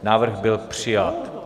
Návrh byl přijat.